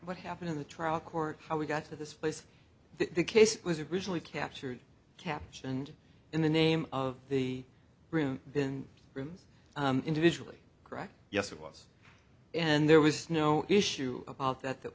what happened in the trial court how we got to this place the case was originally captured captioned in the name of the room been rooms individually correct yes it was and there was no issue about that that